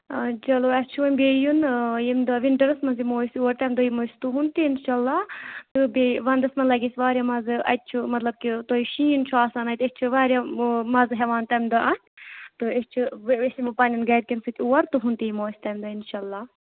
چَلو اَسہِ چھُ وۄنۍ بیٚیہِ یُن یِم دۄہ وِنٹَرَس منٛز یِمو أسۍ یور تَمہِ دۄہ یِمو أسۍ تُہُنٛد تہِ اِنشاءاللہ تہٕ بیٚیہِ وَندَس منٛز لَگہِ اَسہِ واریاہ مَزٕ اَتہِ چھُ مطلب کہ تُہۍ شیٖن چھُ آسان اَتہِ اَتہِ چھِ واریاہ ہُہ مَزٕ ہٮ۪وان تَمہِ دۄہ اَتھ تہٕ أسۍ چھِ أسۍ یِمو پنٛنٮ۪ن گَرِکٮ۪ن سۭتۍ اور تُہُند تہِ اِمو أسۍ اِنشاءاللہ